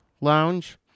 Lounge